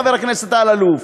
חבר הכנסת אלאלוף.